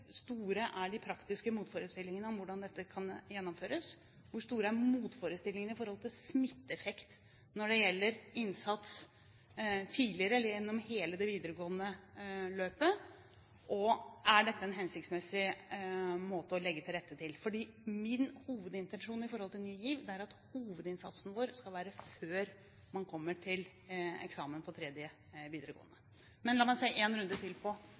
store er motforestillingene med hensyn til smitteeffekt når det gjelder innsats – tidligere, eller gjennom hele det videregående løpet? Og: Er dette en hensiktsmessig måte å legge til rette på? For min hovedintensjon med Ny GIV er at hovedinnsatsen vår skal settes inn før man kommer til eksamen tredje året på videregående. Men la meg se en runde til særlig på